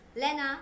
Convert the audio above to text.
Lena